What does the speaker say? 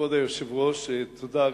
כבוד היושב-ראש, תודה.